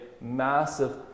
massive